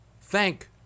thank